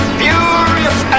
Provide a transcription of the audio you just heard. furious